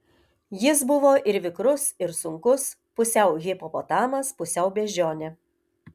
jis buvo ir vikrus ir sunkus pusiau hipopotamas pusiau beždžionė